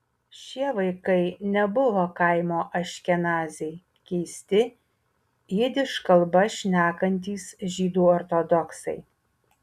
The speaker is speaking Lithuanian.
šie vaikai nebuvo kaimo aškenaziai keisti jidiš kalba šnekantys žydų ortodoksai